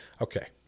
Okay